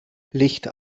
licht